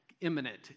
imminent